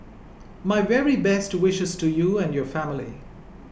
my very best wishes to you and your family